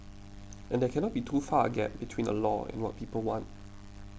and there cannot be too far a gap between a law and what people want